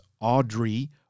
Audrey